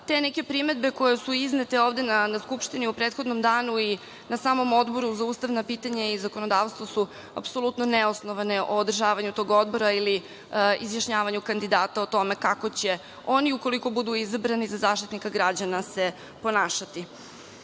te neke primedbe koje su iznete ove na Skupštini u prethodnom danu i na samom Odboru za ustavna pitanja i zakonodavstvo su apsolutno neosnovane o održavanju tog odbora ili izjašnjavanju kandidata o tome kako će oni ukoliko budu izabrani za Zaštitnika građana se ponašati. Što